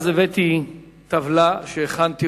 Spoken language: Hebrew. הבאתי אז טבלה שהכנתי